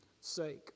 sake